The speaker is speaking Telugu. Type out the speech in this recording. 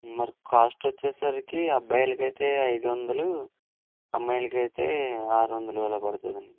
మరి కాస్ట్ వచ్చేసరికి అబ్బాయిలకైతే ఐదు వందలు అమ్మాయిలకైతే ఆరు వందలు అలా పడుతుందండి